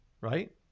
Right